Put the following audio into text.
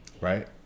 Right